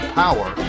power